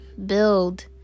build